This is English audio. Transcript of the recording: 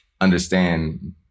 understand